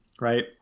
right